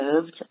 moved